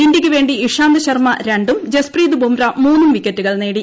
ഇന്ത്യയ്ക്കു വേണ്ടി ഇഷാന്ത് ശ്രീമ്മ രണ്ടും ജസ്പ്രീത് ബുംറാ മൂന്നും വിക്കറ്റുകൾ നേടി